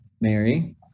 Mary